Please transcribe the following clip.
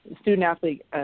student-athlete